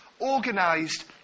organised